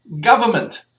government